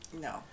No